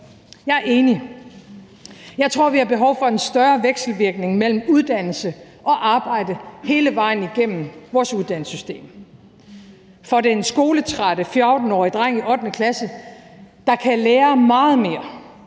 Jeg er enig. Jeg tror, vi har behov for en større vekselvirkning mellem uddannelse og arbejde hele vejen igennem vores uddannelsessystem. Det gælder for den skoletrætte 14-årige dreng i 8. klasse, der kan lære meget mere,